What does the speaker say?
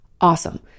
Awesome